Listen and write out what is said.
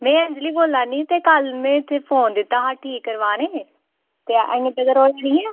में अंजली बोल्ला नी ते कल्ल में इत्थै फोन दित्ता हा ठीक करवाने ईं ते अजें तक्कर ओह्